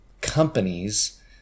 companies